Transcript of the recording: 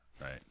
Right